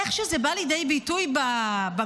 איך שזה בא לידי ביטוי במציאות,